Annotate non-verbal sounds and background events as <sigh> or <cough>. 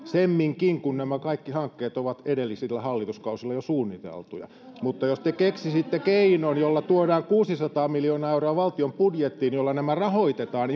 semminkin kun nämä kaikki hankkeet ovat edellisillä hallituskausilla jo suunniteltuja mutta jos keksisitte keinon jolla tuodaan valtion budjettiin kuusisataa miljoonaa euroa jolla nämä rahoitetaan <unintelligible>